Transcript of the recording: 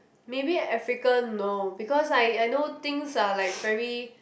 maybe Africa no because I I know things are like very